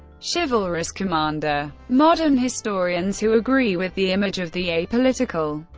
chivalrous commander. modern historians who agree with the image of the apolitical,